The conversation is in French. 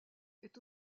est